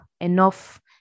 enough